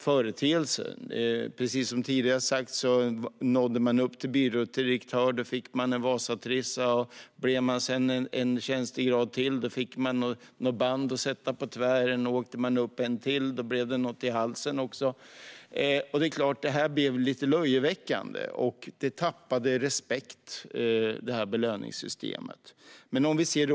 Blev man byrådirektör fick man en vasatrissa, steg man upp en tjänstegrad fick man ett band att sätta på tvären och steg man upp en tjänstegrad till fick man något till halsen också. Detta blev lite löjeväckande, och belöningssystemet tappade i respekt.